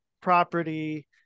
property